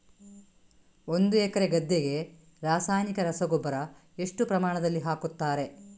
ಒಂದು ಎಕರೆ ಗದ್ದೆಗೆ ರಾಸಾಯನಿಕ ರಸಗೊಬ್ಬರ ಎಷ್ಟು ಪ್ರಮಾಣದಲ್ಲಿ ಹಾಕುತ್ತಾರೆ?